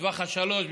בטווח השלוש,